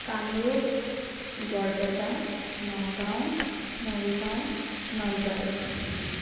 Kamrup Barpeta Nagaon Morigaon Nalbari